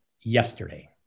yesterday